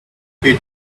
pay